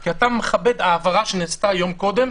כי אתה מכבד העברה שנעשתה יום קודם,